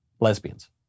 lesbians